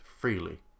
freely